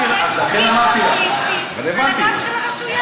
שנחוקק חוקים פופוליסטיים על הגב של הרשויות.